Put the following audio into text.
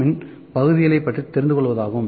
M இன் பகுதிகளை பற்றி தெரிந்து கொள்வதாகும்